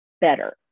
better